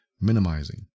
minimizing